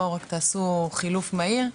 בואו רק תעשו חילוף מהיר.